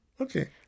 okay